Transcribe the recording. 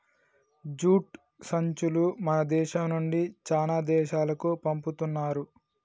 jute సంచులు మన దేశం నుండి చానా దేశాలకు పంపుతున్నారు